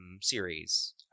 series